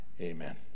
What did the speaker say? amen